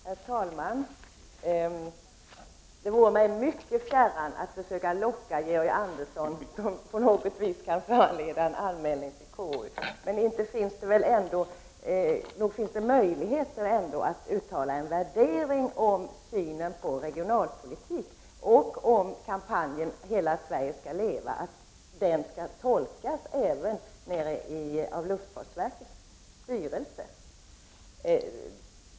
Herr talman! Det vore mig mycket fjärran att försöka locka Georg Andersson att säga något som kan föranleda en anmälan till konstitutionsutskottet. Men nog finns det ändå möjligheter att uttala en värdering när det gäller synen på regionalpolitik och kampanjen Hela Sverige skall leva. Kampanjen skall ju även tolkas av luftfartsverkets styrelse.